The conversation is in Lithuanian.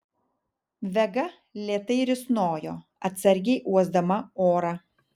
vega lėtai risnojo atsargiai uosdama orą